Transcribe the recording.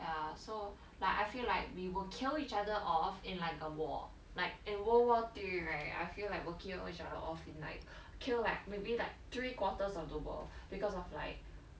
ya so like I feel like we will kill each other off in like a war like in world war three right I feel like will kill each other off in like kill like maybe like three quarters of the world because of like